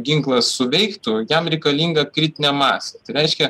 ginklas suveiktų jam reikalinga kritinė masė reiškia